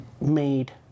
made